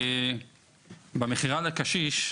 במכירה לקשיש,